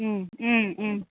ও ও ও